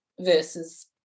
versus